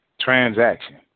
transaction